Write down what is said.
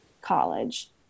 college